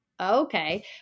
okay